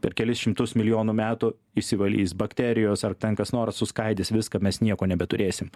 per kelis šimtus milijonų metų išsivalys bakterijos ar ten kas nors suskaidys viską mes nieko nebeturėsim